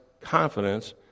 confidence